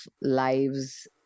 lives